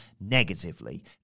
negatively